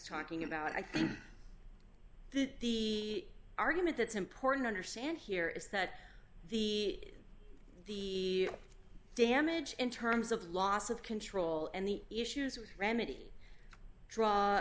talking about i think the argument that's important understand here is that the the damage in terms of loss of control and the issues we remedy